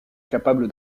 capable